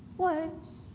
words,